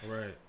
Right